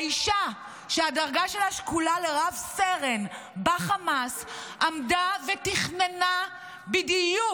האישה שהדרגה שלה שקולה לרב-סרן בחמאס עמדה ותכננה בדיוק,